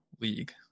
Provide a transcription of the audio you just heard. league